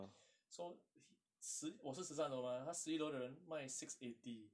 so he 十我是十三楼吗他十一楼的人卖 six eighty